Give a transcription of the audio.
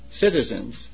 citizens